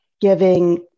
giving